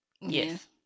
Yes